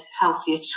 healthier